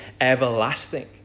everlasting